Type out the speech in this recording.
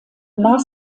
nach